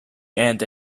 and